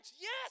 Yes